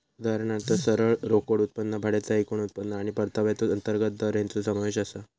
उदाहरणात सरळ रोकड उत्पन्न, भाड्याचा एकूण उत्पन्न आणि परताव्याचो अंतर्गत दर हेंचो समावेश आसा